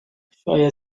شاید